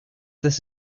this